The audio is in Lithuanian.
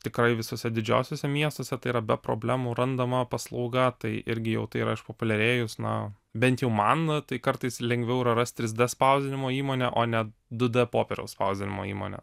tikrai visuose didžiausiuose miestuose tai yra be problemų randama paslauga tai irgi jau tai yra išpopuliarėjus na bent jau man tai kartais lengviau yra rast trys d spausdinimo įmonę o ne du d popieriaus spausdinimo įmonę